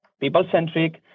people-centric